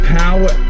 power